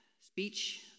speech